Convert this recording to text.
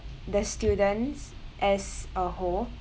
the students as a whole